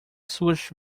suas